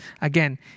Again